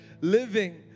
living